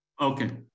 Okay